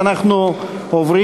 37 בעד, 55 מתנגדים,